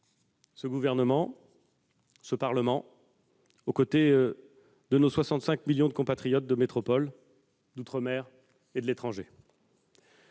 ce Parlement, de l'affronter, aux côtés de nos 65 millions de compatriotes de métropole, d'outre-mer et de l'étranger.